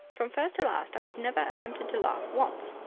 from first to last, i was never tempted to laugh once.